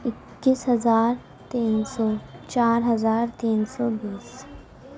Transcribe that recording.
اکیس ہزار تین سو چار ہزار تین سو بیس